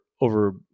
over